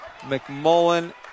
McMullen